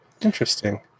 interesting